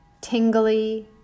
tingly